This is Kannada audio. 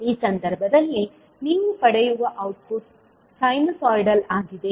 ಈ ಸಂದರ್ಭದಲ್ಲಿ ನೀವು ಪಡೆಯುವ ಔಟ್ಪುಟ್ ಸೈನುಸೈಡಲ್ ಆಗಿದೆ